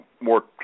more